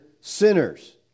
sinners